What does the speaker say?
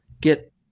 get